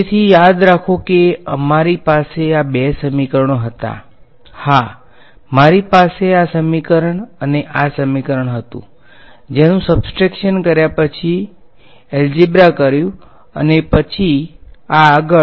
તેથીયાદ રાખો કે અમારી પાસે આ બે સમીકરણો હતા હા મારી પાસે આ સમીકરણ અને આ સમીકરણ હતું જેનુ સ્બ્સ્ટ્રેક્શન કર્યા પછી એલ્જેબ્રા કર્યુ અને પછી આ આગળ